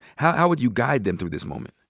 how how would you guide them through this moment?